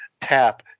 tap